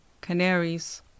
Canaries